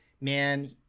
man